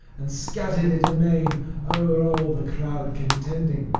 and scattered it amain o'er all the crowd contending.